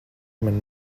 mani